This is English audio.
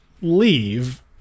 leave